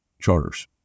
charters